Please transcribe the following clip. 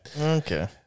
Okay